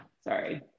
Sorry